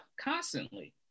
Constantly